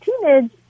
teenage